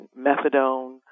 methadone